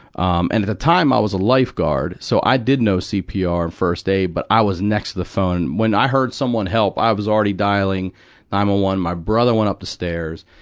um and at the time i was a lifeguard. so i did know cpr and first aid, but i was next to the phone, and when i heard, someone help, i was already dialing nine one one. my brother went up the stairs,